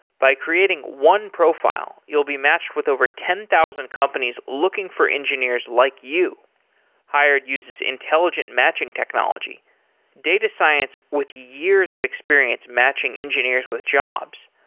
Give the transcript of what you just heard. by creating one profile, you'll be matched with over ten thousand companies looking for engineers like you hired uses intelligent matching technology data science with years of experience matching engineers with jobs.